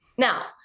Now